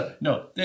no